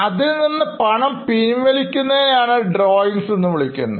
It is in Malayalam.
അതിൽ നിന്നും പണം പിൻവലിക്കുന്നതിന് യാണ് ആണ് Drawings എന്നു പറയുന്നത്